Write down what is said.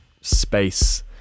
space